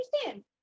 understand